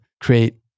create